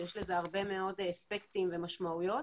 שיש לזה הרבה מאוד אספקטים ומשמעויות.